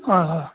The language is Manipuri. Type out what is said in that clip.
ꯍꯣꯏ ꯍꯣꯏ